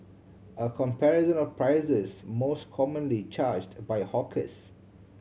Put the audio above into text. a comparison of prices most commonly charged by hawkers